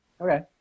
Okay